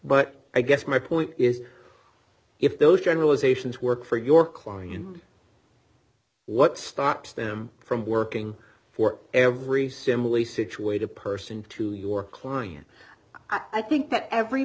but i guess my point is if those generalizations work for your client what stops them from working for every similarly situated person to your client i think that every